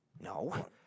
No